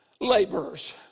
laborers